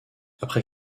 après